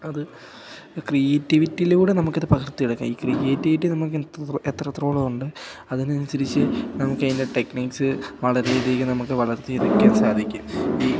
അത് ക്രിയേറ്റിവിറ്റിയിലൂടെ നമുക്കത് പകർത്തിെയെടുക്കാം ഈ ക്രിയേറ്റിവിറ്റി നമുക്ക് എത്രത്തോളം ഉണ്ട് അതിനനുസരിച്ച് നമുക്ക് അതിൻ്റെ ടെക്നീക്സ് വളരെയധികം നമുക്ക് വളർത്തിയെടുക്കാൻ സാധിക്കും ഈ